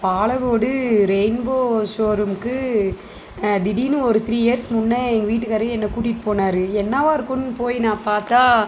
Palacode rainbow ஷோரூம்க்கு திடீர்னு ஒரு த்ரீ இயர்ஸ் முன்னே எங்கள் வீட்டுக்காரரு என்னை கூட்டிகிட்டு போனார் என்னாவாயிருக்குன்னு போய் நான் பார்த்தா